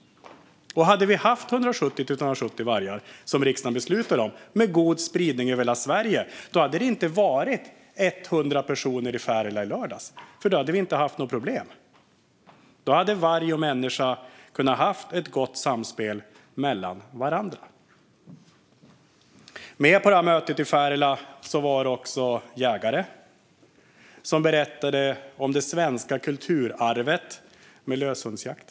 Hade vi haft 170-270 vargar, som riksdagen beslutade om, med god spridning över hela Sverige hade det inte varit 100 personer i Färila i lördags, för då hade vi inte haft något problem. Då hade varg och människa kunnat ha ett gott samspel mellan varandra. Med på mötet i Färila var också jägare, som berättade om det svenska kulturarvet löshundsjakt.